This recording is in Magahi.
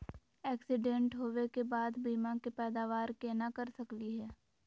एक्सीडेंट होवे के बाद बीमा के पैदावार केना कर सकली हे?